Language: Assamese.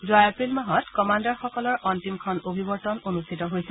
যোৱা এপ্ৰিল মাহত কমাণ্ডাৰসকলৰ অন্তিমখন অভিৱৰ্তন অনুষ্ঠিত হৈছিল